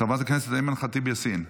חברת הכנסת אימן ח'טיב יאסין.